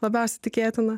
labiausiai tikėtina